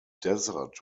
desert